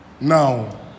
now